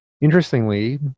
Interestingly